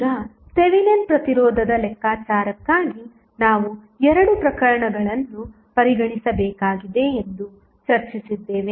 ಈಗ ಥೆವೆನಿನ್ ಪ್ರತಿರೋಧದ ಲೆಕ್ಕಾಚಾರಕ್ಕಾಗಿ ನಾವು ಎರಡು ಪ್ರಕರಣಗಳನ್ನು ಪರಿಗಣಿಸಬೇಕಾಗಿದೆ ಎಂದು ಚರ್ಚಿಸಿದ್ದೇವೆ